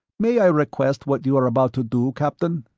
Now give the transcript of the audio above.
may i request what you are about to do, captain?